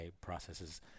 processes